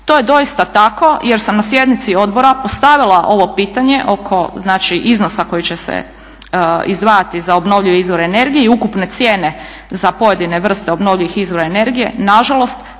To je doista tako, jer sam na sjednici odbora postavila ovo pitanje oko znači iznosa koji će se izdvajati za obnovljive izvore energije i ukupne cijene za pojedine vrste obnovljivih izvora energije na žalost